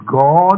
God